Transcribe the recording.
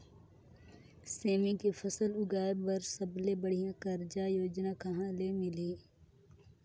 सेमी के फसल उगाई बार सबले बढ़िया कर्जा योजना कहा ले मिलही?